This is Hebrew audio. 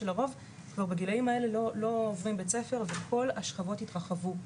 שלרוב כבר בגילאים האלה כבר לא עוברים בית ספר וכל השכבות התרחבו.